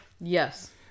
Yes